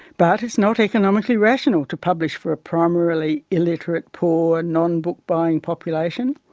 but it is not economically rational to publish for a primarily illiterate, poor, non-book-buying population,